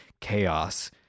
chaos